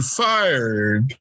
fired